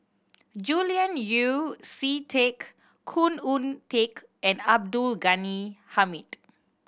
Julian Yeo See Teck Khoo Oon Teik and Abdul Ghani Hamid